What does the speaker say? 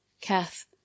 Kath